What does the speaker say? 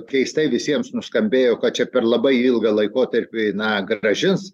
keistai visiems nuskambėjo kad čia per labai ilgą laikotarpį na grąžins